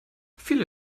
viele